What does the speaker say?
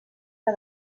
que